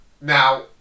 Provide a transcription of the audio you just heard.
Now